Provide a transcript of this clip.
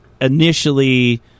initially